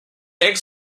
eggs